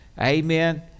Amen